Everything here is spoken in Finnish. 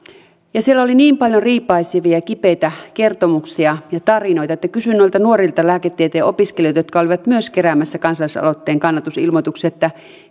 ja siellä oli niin paljon riipaisevia kipeitä kertomuksia ja tarinoita että kysyin noilta nuorilta lääketieteen opiskelijoilta jotka myös olivat keräämässä kansalaisaloitteen kannatusilmoituksia että